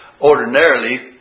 ordinarily